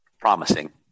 Promising